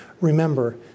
remember